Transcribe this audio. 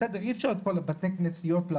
בסדר, אי אפשר את כל הבתי כנסיות לעשות.